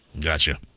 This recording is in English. Gotcha